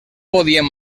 podíem